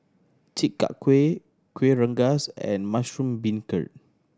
Chi Kak Kuih Kuih Rengas and mushroom beancurd